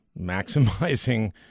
maximizing